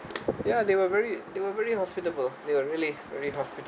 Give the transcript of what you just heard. ya they were very they were very hospitable they were really really hospitable